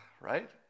right